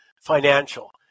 Financial